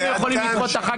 עד כאן.